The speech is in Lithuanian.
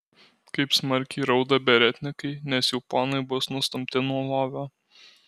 kaip smarkiai rauda beretnikai nes jų ponai bus nustumti nuo lovio